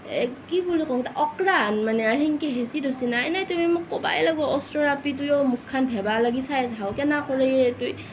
এ কি বুলি ক'ম অঁকৰা মানে সেনেকৈ হেঁচি ধৰছি নাই নাই তুমি মোক ক'বই লাগিব ওচৰৰ আপীটোৱেও মুখখন ভেবা লাগি চাই আছে হাউ কেনে আঁকৰী অ' এইটো